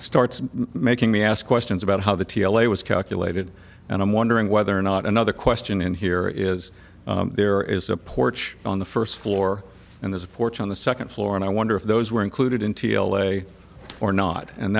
starts making me ask questions about how the t l a was calculated and i'm wondering whether or not another question in here is there is a porch on the first floor and there's a porch on the second floor and i wonder if those were included in t l a or not and